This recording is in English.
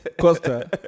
Costa